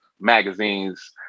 magazines